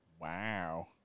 Wow